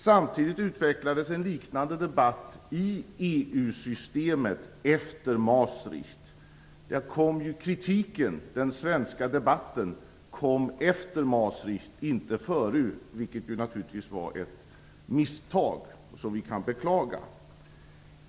Samtidigt utvecklades en liknande debatt i EU systemet efter Maastricht. Kritiken och den svenska debatten kom efter Maastricht, inte före, vilket naturligtvis var ett misstag, som vi kan beklaga.